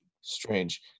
strange